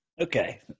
Okay